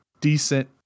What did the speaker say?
decent